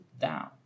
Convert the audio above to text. down